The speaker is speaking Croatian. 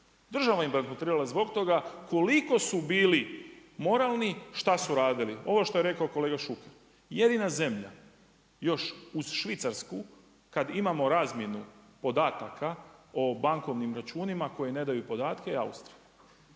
Država im bankrotirala zbog toga koliko su bili moralni, šta su radili. Ovo što je rekao kolega Šuker, jedina Zemlja, još uz Švicarsku kada imamo razmjenu podataka o bankovnim računima koji ne daju podatke Austriji.